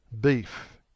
Beef